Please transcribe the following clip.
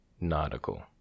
Nautical